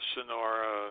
Sonora